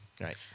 right